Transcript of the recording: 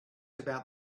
about